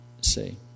See